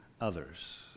others